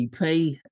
ep